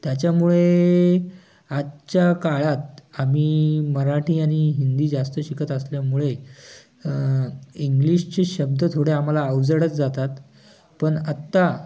त्याच्यामुळे आजच्या काळात आम्ही मराठी आणि हिंदी जास्त शिकत असल्यामुळे इंग्लिशचे शब्द थोडे आम्हाला अवजडच जातात पण आत्ता